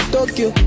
Tokyo